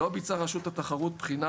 לא ביצעה רשות התחרות בחינה